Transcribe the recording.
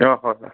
অঁ হয় হয়